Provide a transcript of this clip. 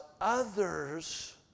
others